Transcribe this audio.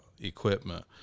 equipment